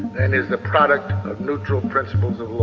and is the product of neutral principles of law